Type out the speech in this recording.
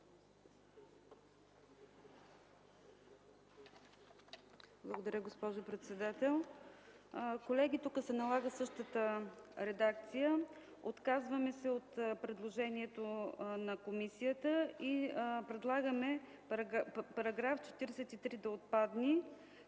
Благодаря, госпожо председател. Колеги, тук се налага същата редакция. Отказваме се от предложението на комисията и предлагаме § 43 да отпадне,